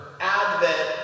Advent